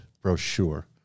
brochure